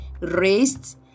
raised